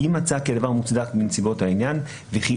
"אם מצא כי הדבר מוצדק בנסיבות העניין וכי